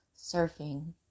surfing